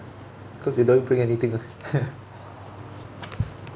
cause you don't need bring anything ah